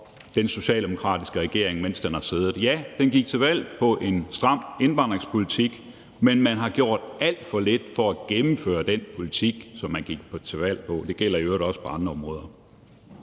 den socialdemokratiske regering, mens den har siddet. Ja, den gik til valg på en stram indvandringspolitik, men man har gjort alt for lidt for at gennemføre den politik, som man gik til valg på. Det gælder i øvrigt også på andre områder.